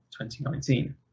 2019